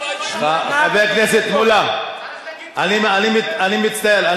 חבר הכנסת מולה, אני מצטער.